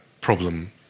problem